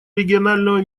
регионального